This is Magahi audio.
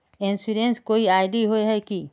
इंश्योरेंस कोई आई.डी होय है की?